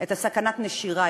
את סכנת הנשירה,